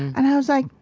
and i was like,